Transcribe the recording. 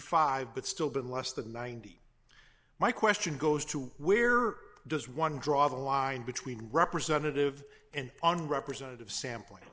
five but still been less than ninety my question goes to where does one draw the line between representative and on representative samplin